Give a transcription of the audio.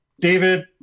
David